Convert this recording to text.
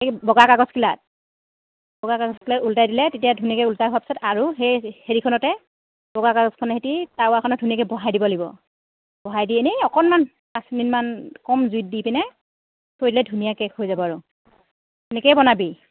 এই বগা কাগজখিলাত বগা কাগজখিলাত ওলটাই দিলে তেতিয়া ধুনীয়াকৈ ওলটা হোৱাৰ পাছত আৰু সেই হেৰিখনতে বগা কাগজখনেহেঁতি টাৱাখনত ধুনীয়াকৈ বহাই দিব লাগিব বহাই দি এনেই অকণমান পাঁচ মিনিটমান কম জুইত দি পিনে থৈ দিলে ধুনীয়া কেক হৈ যাব আৰু তেনেকৈয়ে বনাবি